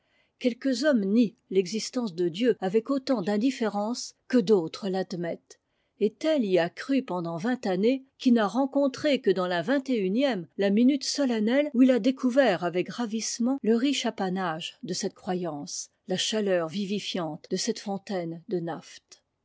quelques hommes nient l'existence de dieu avec autant d'indifférence que d'autres l'admettent et tel y a cru pendant vingt années qui n'a rencontré que dans la vingt et unième la minute solennelle où il a découvert avec ravissement le riche apanage de cette croyance la chaleur vivicante de cette fontaine de naphte